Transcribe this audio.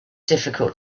difficult